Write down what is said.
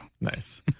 Nice